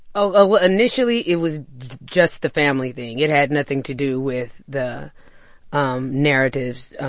oh, well, initially, it was just the family thing. it had nothing to do with the um narratives,